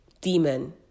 demon